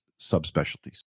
subspecialties